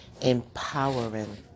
empowering